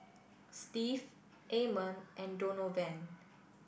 Steve Amon and Donovan